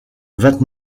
vingt